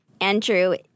Andrew